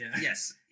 Yes